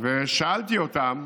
ושאלתי אותם: